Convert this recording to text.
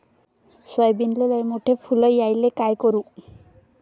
सोयाबीनले लयमोठे फुल यायले काय करू?